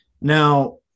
Now